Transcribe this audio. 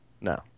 No